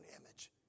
image